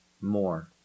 more